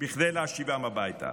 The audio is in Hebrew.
כדי להשיבם הביתה.